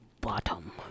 bottom